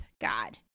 God